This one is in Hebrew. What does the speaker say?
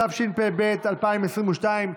התשפ"ב 2022,